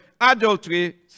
adultery